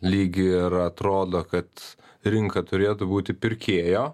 lygį ir atrodo kad rinka turėtų būti pirkėjo